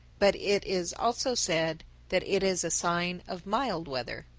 but it is also said that it is a sign of mild weather.